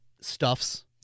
stuffs